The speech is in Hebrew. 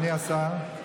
אדוני השר,